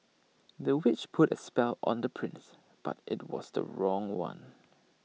the witch put A spell on the prince but IT was the wrong one